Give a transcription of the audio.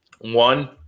One